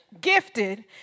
gifted